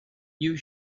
you